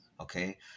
okay